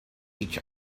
each